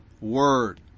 word